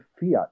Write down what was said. fiat